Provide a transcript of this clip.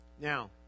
Now